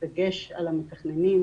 דגש על המתכננים